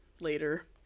later